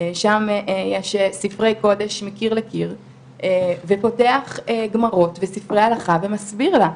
שם יש ספרי קודם מקיר לקיר ופותח גמרות וספרי הלכה ומסביר לה,